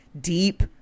deep